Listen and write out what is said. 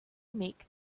make